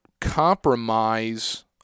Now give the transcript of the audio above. compromise